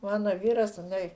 mano vyras anai